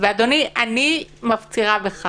אדוני, אני מפצירה בך